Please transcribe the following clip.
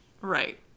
Right